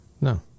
No